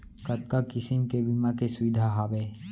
कतका किसिम के बीमा के सुविधा हावे?